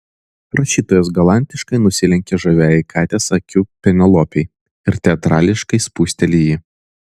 rašytojas galantiškai nusilenkia žaviajai katės akių penelopei ir teatrališkai spusteli jį